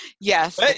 yes